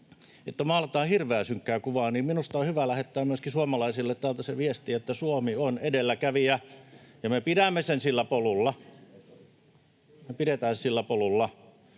että maalataan hirveän synkkää kuvaa, minusta on hyvä lähettää myöskin suomalaisille täältä se viesti, että Suomi on edelläkävijä ja me pidämme sen sillä polulla. Me pidetään se sillä polulla,